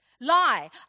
Lie